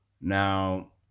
Now